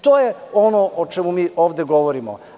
To je ono o čemu mi ovde govorimo.